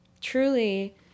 Truly